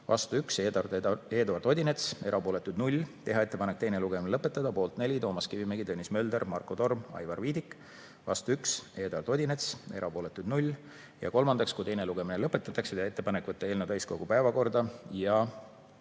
Vastu 1: Eduard Odinets. Erapooletuid 0. Teha ettepanek teine lugemine lõpetada. Poolt 4: Toomas Kivimägi, Tõnis Mölder, Marko Torm ja Aivar Viidik. Vastu 1: Eduard Odinets. Erapooletuid 0. Kolmandaks, kui teine lugemine lõpetatakse, teha ettepanek võtta eelnõu täiskogu päevakorda ja